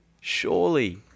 Surely